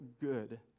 good